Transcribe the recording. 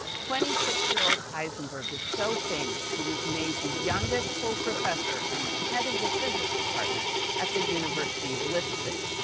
twenty six year old heisenberg was so famous, he was made the youngest full professor and the head of the physics department at the university of leipzig.